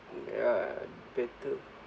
ya better